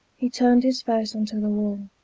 he turn'd his face unto the wa',